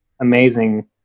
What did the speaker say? amazing